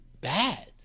bad